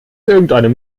irgendeinem